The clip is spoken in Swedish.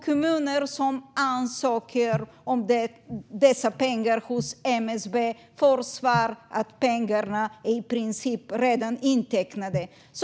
Kommuner som ansöker om dessa pengar hos MSB får svaret att pengarna i princip redan är intecknade.